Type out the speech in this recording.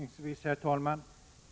Herr talman!